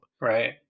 Right